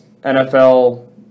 NFL